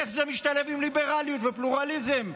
איך זה משתלב עם ליברליות ופלורליזם?